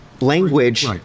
language